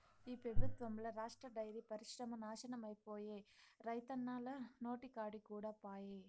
ఈ పెబుత్వంల రాష్ట్ర డైరీ పరిశ్రమ నాశనమైపాయే, రైతన్నల నోటికాడి కూడు పాయె